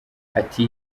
ati